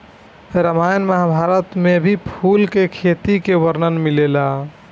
रामायण महाभारत में भी फूल के खेती के वर्णन मिलेला